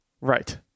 Right